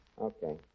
Okay